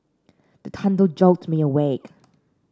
the thunder jolt me awake